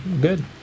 good